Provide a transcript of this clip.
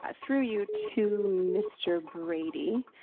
ah through you to mr. brady.